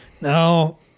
Now